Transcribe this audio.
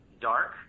dark